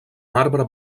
marbre